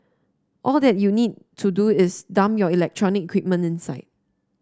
all that you need to do is dump your electronic equipment inside